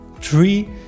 three